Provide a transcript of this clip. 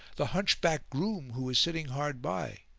the hunchback groom who was sitting hard by.